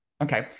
Okay